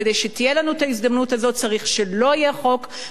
כדי שתהיה לנו ההזדמנות הזאת צריך שלא יהיה חוק,